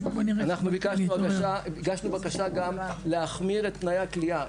אנחנו הגשנו בקשה גם להחמיר את תנאי הכליאה.